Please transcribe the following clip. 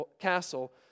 Castle